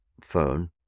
phone